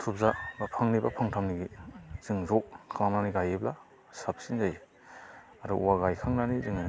थुबजा फांनै बा फांथामनि जों ज' खालामनानै गायोब्ला साबसिन जायो आरो औवा गायखांनानै जोङो